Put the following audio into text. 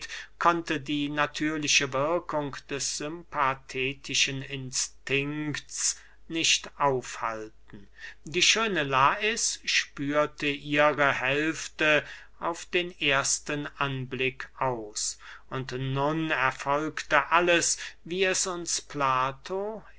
konnte die natürliche wirkung des sympathetischen instinkts nicht aufhalten die schöne lais spürte ihre hälfte auf den ersten anblick aus und nun erfolgte alles wie es uns plato